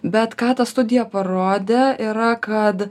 bet ką ta studija parodė yra kad